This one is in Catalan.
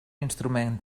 instrument